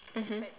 mmhmm